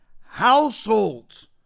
households